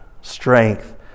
strength